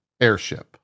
airship